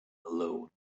alone